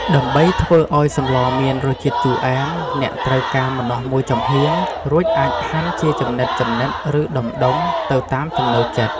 ដើម្បីធ្វើឲ្យសម្លមានរសជាតិជូរអែម អ្នកត្រូវការ ម្នាស់មួយចំហៀង រួចអាចហាន់ជាចំណិតៗ ឬដុំៗ ទៅតាមចំណូលចិត្ត។